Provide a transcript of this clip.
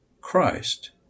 Christ